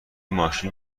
ماشین